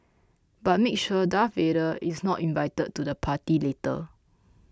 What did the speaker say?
but make sure Darth Vader is not invited to the party later